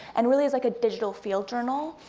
and really is like a digital field journal,